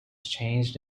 changed